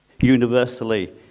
universally